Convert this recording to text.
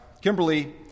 Kimberly